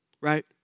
right